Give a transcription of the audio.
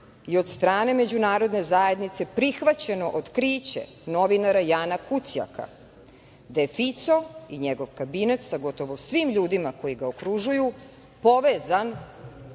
i od stane međunarodne zajednice prihvaćeno otkriće novinara Jana Kucjaka da je Fico i njegov kabinet, sa gotovo svim ljudima koji ga okružuju, povezan